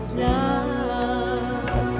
love